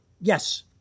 Yes